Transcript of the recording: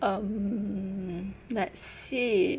um let's see